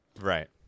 Right